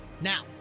Now